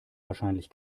wahrscheinlich